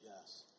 Yes